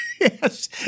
Yes